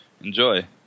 enjoy